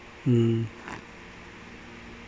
mm